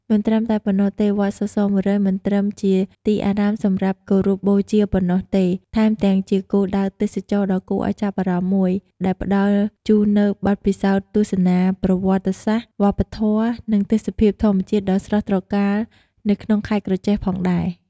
មិនត្រឹមតែប៉ុណ្ណោះទេវត្តសរសរ១០០ មិនត្រឹមតែជាទីអារាមសម្រាប់គោរពបូជាប៉ុណ្ណោះទេ ថែមទាំងជាគោលដៅទេសចរណ៍ដ៏គួរឱ្យចាប់អារម្មណ៍មួយ ដែលផ្តល់ជូននូវបទពិសោធន៍ទស្សនាប្រវត្តិសាស្ត្រ វប្បធម៌ និងទេសភាពធម្មជាតិដ៏ស្រស់ត្រកាលនៅក្នុងខេត្តក្រចេះផងដែរ ។